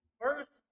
first